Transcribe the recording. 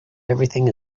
everything